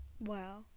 wow